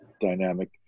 dynamic